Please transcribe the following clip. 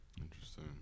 Interesting